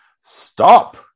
stop